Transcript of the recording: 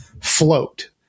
float